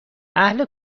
اهل